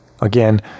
again